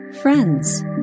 friends